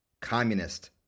communist